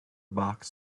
box